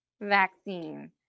vaccine